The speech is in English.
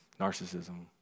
Narcissism